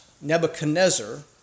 Nebuchadnezzar